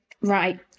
right